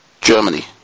Germany